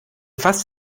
fast